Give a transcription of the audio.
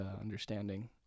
understanding